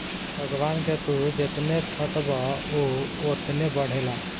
सागवान के तू जेतने छठबअ उ ओतने बढ़ेला